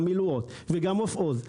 גם מילואות וגם עוף עוז,